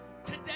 today